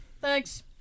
Thanks